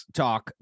talk